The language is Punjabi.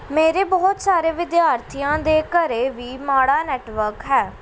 ਮੇਰੇ ਬਹੁਤ ਸਾਰੇ ਵਿਦਿਆਰਥੀਆਂ ਦੇ ਘਰ ਵੀ ਮਾੜਾ ਨੈੱਟਵਰਕ ਹੈ